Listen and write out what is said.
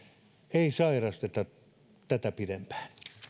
ei sairasteta tätä pidempään tähän